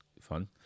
fun